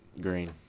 Green